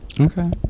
okay